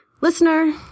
listener